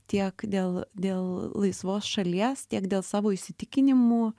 tiek dėl dėl laisvos šalies tiek dėl savo įsitikinimų